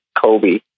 Kobe